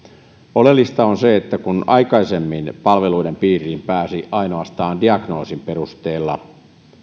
oleellista on se että kun aikaisemmin palveluiden piiriin pääsi ainoastaan diagnoosin perusteella